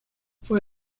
fue